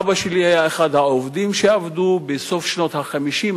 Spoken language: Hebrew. אבא שלי היה אחד העובדים שעבדו בסוף שנות ה-50,